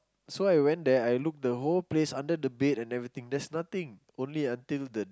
so I went there I look the whole place under the bed and everything there's nothing only until the